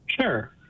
Sure